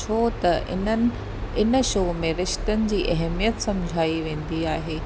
छो त इन्हनि इन शो में रिश्तनि जी अहमियतु सम्झाई वेंदी आहे